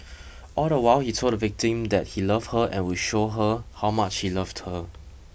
all the while he told the victim that he loved her and would show her how much he loved her